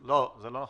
זה לא נכון.